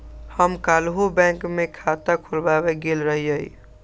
हम काल्हु बैंक में खता खोलबाबे गेल रहियइ